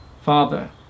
Father